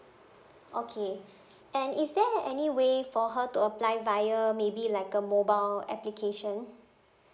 okay and is there any way for her to apply via maybe like a mobile application